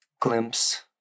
glimpse